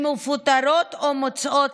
שמפוטרות או מוצאות